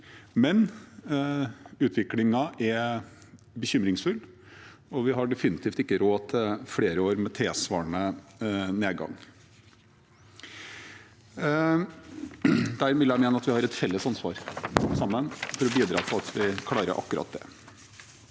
men utviklingen er bekymringsfull, og vi har definitivt ikke råd til flere år med tilsvarende nedgang. Der vil jeg mene at vi sammen har et felles ansvar for å bidra til at vi klarer akkurat det.